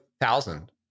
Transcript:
thousand